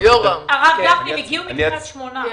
אני